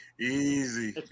easy